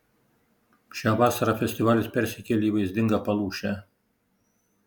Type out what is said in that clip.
šią vasarą festivalis persikėlė į vaizdingą palūšę